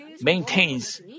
maintains